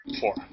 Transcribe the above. Four